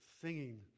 singing